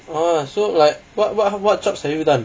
orh so like what what what jobs have you done